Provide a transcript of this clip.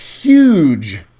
Huge